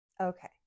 Okay